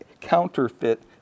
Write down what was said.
counterfeit